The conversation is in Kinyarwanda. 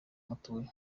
mutuye